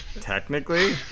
technically